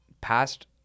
past